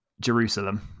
Jerusalem